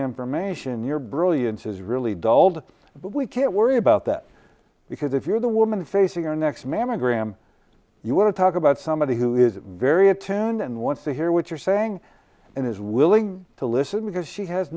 information your brilliance is really dulled but we can't worry about that because if you're the woman facing our next mammogram you want to talk about somebody who is very attuned and wants to hear what you're saying and is willing to listen because she has